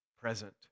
present